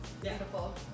Beautiful